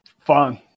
Fun